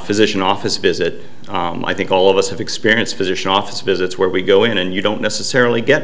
physician's office visit i think all of us have experienced physician office visits where we go in and you don't necessarily get